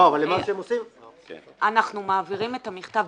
אנחנו מעבירים את המכתב.